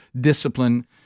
discipline